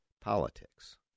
politics